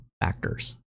factors